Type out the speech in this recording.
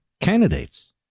candidates